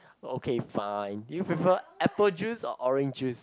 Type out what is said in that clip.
okay fine do you prefer apple juice or orange juice